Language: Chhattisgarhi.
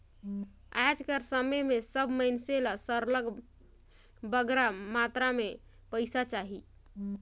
आएज कर समे में सब मइनसे ल सरलग बगरा मातरा में पइसा चाही